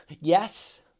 Yes